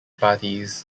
parties